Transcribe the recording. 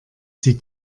sie